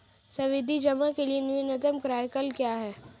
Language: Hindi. सावधि जमा के लिए न्यूनतम कार्यकाल क्या है?